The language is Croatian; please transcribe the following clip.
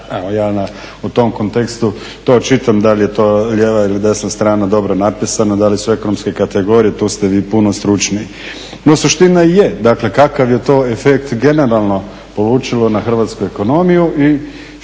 ja u tom kontekstu čitam da li je to lijeva ili desna strana dobro napisana, da li su ekonomske kategorije, tu ste vi puno stručniji. No suština je, dakle kakav je to efekt generalno polučilo na hrvatsku ekonomiju i što to